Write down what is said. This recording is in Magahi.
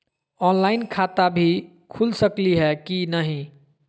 ऑनलाइन खाता भी खुल सकली है कि नही?